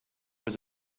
was